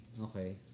okay